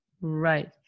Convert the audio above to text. Right